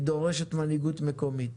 היא דורשת מנהיגות מקומית.